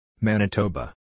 Manitoba